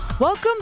Welcome